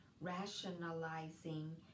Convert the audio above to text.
rationalizing